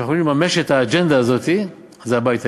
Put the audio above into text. שיכולים לממש את האג'נדה הזאת זה הבית היהודי.